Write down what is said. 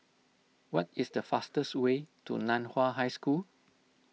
what is the fastest way to Nan Hua High School